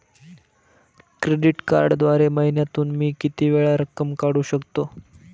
Credit कार्डद्वारे महिन्यातून मी किती वेळा रक्कम काढू शकतो?